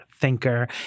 thinker